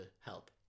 help